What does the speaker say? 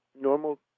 normal